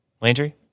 Landry